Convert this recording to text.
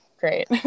Great